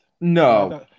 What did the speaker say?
no